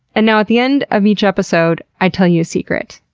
and now at the end of each episode i tell you a secret,